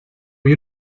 you